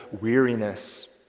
weariness